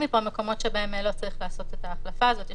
מקומות שבהם לא צריך לעשות את ההחלפה הזו.